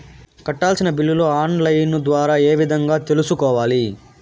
కట్టాల్సిన బిల్లులు online ద్వారా ఏ విధంగా తెలుసుకోవాలి?